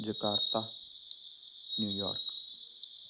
Jakarta New York